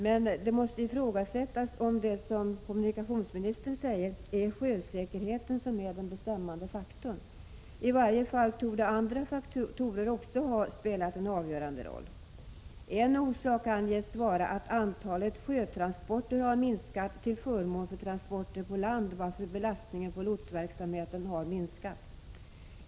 Det måste emellertid ifrågasättas om det, som kommunikationsministern säger, är sjösäkerheten som är den bestämmande faktorn. I varje fall torde också andra faktorer ha spelat en avgörande roll. En orsak anges vara att antalet sjötransporter har minskat till förmån för transporter på land, varför belastningen på lotsverksamheten har minskat.